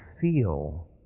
feel